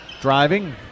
driving